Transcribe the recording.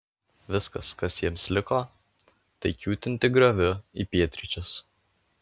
viskas kas jiems liko tai kiūtinti grioviu į pietryčius